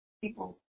people